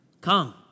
Come